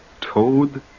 Toad